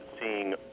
seeing